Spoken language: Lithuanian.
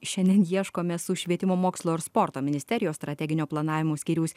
šiandien ieškome su švietimo mokslo ir sporto ministerijos strateginio planavimo skyriaus